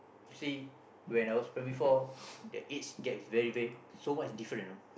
see when I was primary four that age gap is very very so much different you know